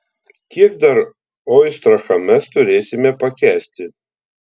kiek dar oistrachą mes turėsime pakęsti